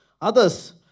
Others